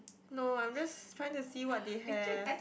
no I'm just trying to see what they have